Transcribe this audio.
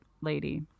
lady